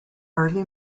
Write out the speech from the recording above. early